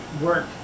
work